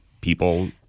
people